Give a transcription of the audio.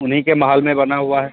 उन्हीं के महल में बना हुआ है